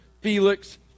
Felix